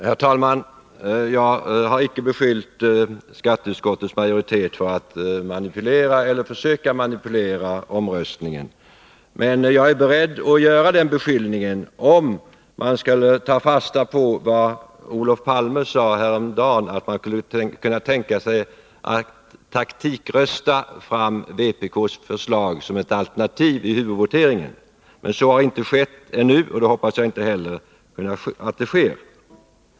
Herr talman! Jag har icke beskyllt skatteutskottets majoritet för att manipulera eller försöka manipulera omröstningen, men jag är beredd att göra den beskyllningen, om man skulle ta fasta på vad Olof Palme sade i går, 57 nämligen att man skulle kunna tänka sig att taktikrösta fram vpk:s förslag som ett alternativ i huvudvoteringen. Så har inte skett ännu, och jag hoppas att det inte heller sker.